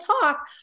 talk